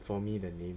for me the name